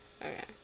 Okay